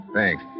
Thanks